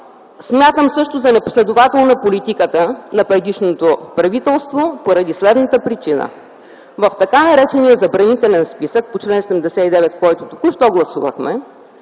смятам също за непоследователна политиката на предишното правителство поради следната причина – в така наречения Забранителен списък по чл. 79, който току-що гласувахме,